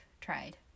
tried